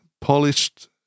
polished